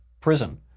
prison